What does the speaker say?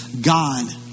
God